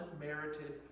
unmerited